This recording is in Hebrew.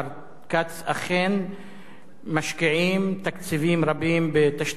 אכן משקיעים תקציבים רבים בתשתיות הכבישים,